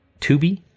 Tubi